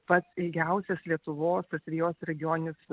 pats ilgiausias lietuvos asvejos regioninis